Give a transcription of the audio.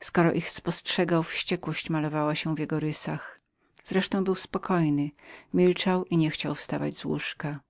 skoro ich spostrzegał wściekłość malowała się w jego rysach z resztą był spokojnym milczał i niechciał wstać z łóżka